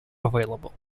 available